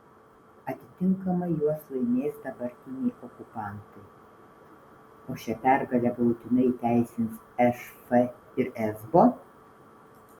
atitinkamai juos laimės dabartiniai okupantai o šią pergalę galutinai įteisins šf ir esbo